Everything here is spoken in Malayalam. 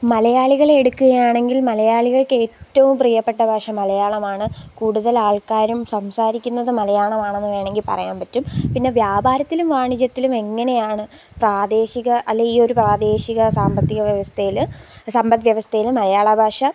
മലയാളികളെ എടുക്കുകയാണെങ്കില് മലയാളികള്ക്ക് ഏറ്റവും പ്രിയപ്പെട്ട ഭാഷ മലയാളമാണ് കൂടുതല് ആള്ക്കാരും സംസാരിക്കുന്നത് മലയാളമാണെന്ന് വേണമെങ്കില് പറയാന് പറ്റും പിന്നെ വ്യാപാരത്തിലും വാണിജ്യത്തിലും എങ്ങനെയാണ് പ്രാദേശിക അല്ലെ ഈയൊരു പ്രാദേശിക സാമ്പത്തിക വ്യവസ്ഥയില് സമ്പദ്വ്യവസ്ഥയില് മലയാള ഭാഷ